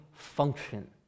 function